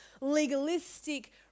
legalistic